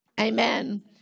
Amen